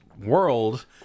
world